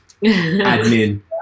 admin